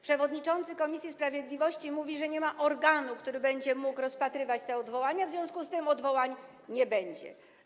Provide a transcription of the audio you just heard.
Przewodniczący komisji sprawiedliwości mówi, że nie ma organu, który będzie mógł rozpatrywać te odwołania, w związku z tym odwołań nie będzie.